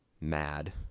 mad